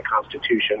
Constitution